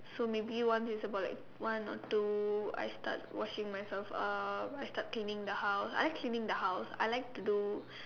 so maybe one is about like one or two I start washing myself up I start cleaning the house I like cleaning the house I like to do